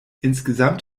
insgesamt